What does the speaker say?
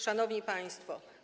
Szanowni Państwo!